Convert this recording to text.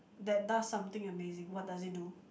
that does something amazing what does it do